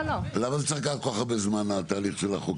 למה זה צריך כל כך הרבה זמן התהליך של החוקרת?